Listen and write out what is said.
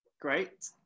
Great